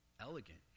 elegant